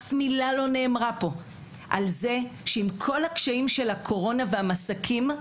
אף מילה לא נאמרה פה על זה שעם כל הקשיים של הקורונה והמסכים,